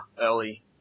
early